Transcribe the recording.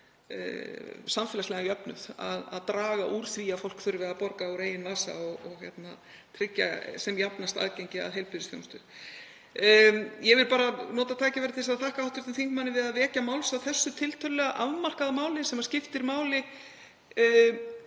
samfélagslegan jöfnuð, að draga úr því að fólk þurfi að borga úr eigin vasa og tryggja sem jafnast aðgengi að heilbrigðisþjónustu. Ég vil nota tækifærið og þakka hv. þingmanni fyrir að vekja máls á þessu tiltölulega afmarkaða máli sem skiptir miklu